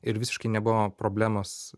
ir visiškai nebuvo problemos